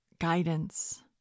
guidance